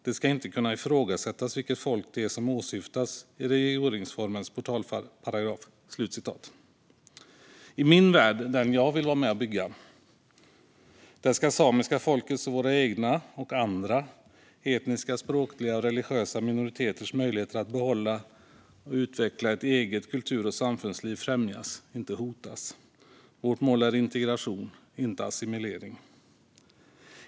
Det ska inte kunna ifrågasättas vilket folk det är som åsyftas i regeringsformens portalparagraf." I min värld - den jag vill vara med och bygga - ska det samiska folkets och våra egna och andra etniska, språkliga och religiösa minoriteters möjligheter att behålla och utveckla ett eget kultur och samfundsliv främjas, inte hotas. Vårt mål är integration, inte assimilering.